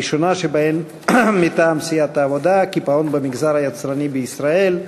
הראשונה שבהן מטעם סיעת העבודה: הקיפאון במגזר היצרני בישראל.